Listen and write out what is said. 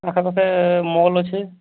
ଆଖ ପାଖେ ମଲ୍ ଅଛି